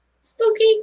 spooky